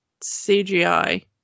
CGI